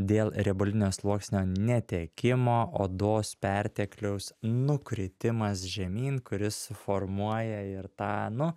dėl riebalinio sluoksnio netekimo odos pertekliaus nukritimas žemyn kuris suformuoja ir tą nu